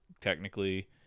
technically